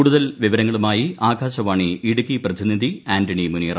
കൂടുതൽ വിവരങ്ങളുമായി ആകാശവാണി ഇടുക്കി പ്രതിനിധി ആന്റണി മുനിയറ